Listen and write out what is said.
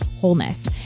Wholeness